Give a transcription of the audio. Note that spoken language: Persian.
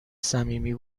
صمیمی